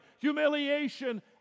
Humiliation